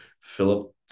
Philip